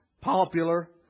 popular